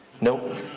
Nope